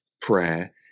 prayer